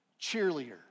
cheerleader